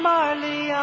Marley